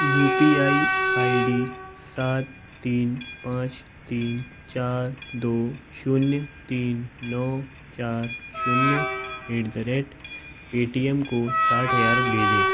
you P I I D सात तीन पाँच तीन चार दो शून्य तीन नौ चार शून्य एट द रेट पेटीएम को साठ हज़ार भेजें